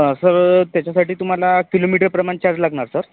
sir त्याच्यासाठी तुम्हाला किलोमीटरप्रमाणं चार्ज लागणार सर